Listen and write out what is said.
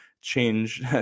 change